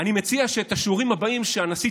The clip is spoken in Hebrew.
אני מציע שאת השיעורים הבאים שהנשיא